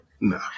No